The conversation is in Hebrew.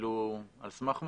כאילו על סמך מה?